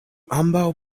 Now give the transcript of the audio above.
ambaŭ